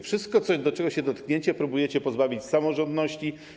Wszystko, czego się dotkniecie, próbujecie pozbawić samorządności.